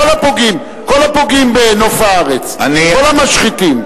כל הפוגעים בנוף הארץ, כל המשחיתים.